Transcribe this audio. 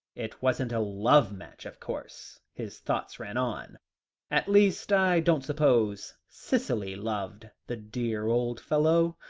it wasn't a love match, of course, his thoughts ran on at least, i don't suppose cicely loved the dear old fellow.